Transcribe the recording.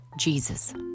Jesus